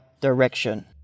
direction